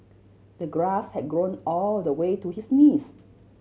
the grass had grown all the way to his knees